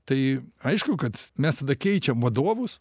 tai aišku kad mes tada keičiam vadovus